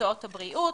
במקצועות הבריאות